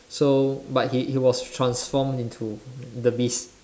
so but he he was transformed into the beast